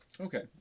Okay